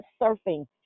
surfing